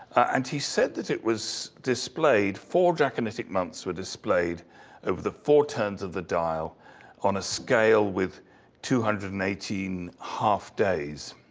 and he said that it was displayed, four draconitic months were displayed over the four turns of the dial on a scale with two hundred and eighteen half days.